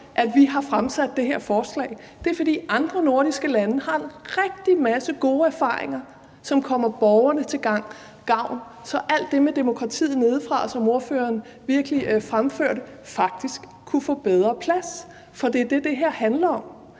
at vi har fremsat det her forslag. Det er, fordi andre nordiske lande har en masse gode erfaringer med det, og det kommer borgerne til gavn. Så alt det med demokratiet nedefra, som ordføreren virkelig fremførte, kunne faktisk få bedre plads, for det er det, det her handler om.